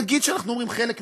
נגיד שאנחנו אומרים: חלק מזה,